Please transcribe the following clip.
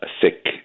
thick